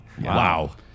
Wow